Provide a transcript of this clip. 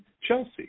Chelsea